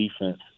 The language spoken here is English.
defense